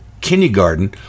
kindergarten